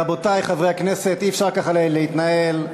רבותי, חברי הכנסת, אי-אפשר ככה להתנהל.